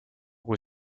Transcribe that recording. kui